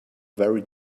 very